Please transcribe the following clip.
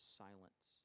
silence